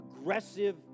aggressive